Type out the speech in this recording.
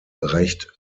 recht